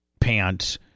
pants